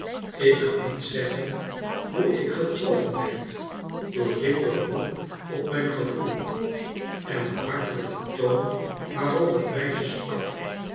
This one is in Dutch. ik kan niet zeggen hoe ik getroffen werd door dit beroep op mijn gevoel en den hartelijken toon waarop het meisje sprak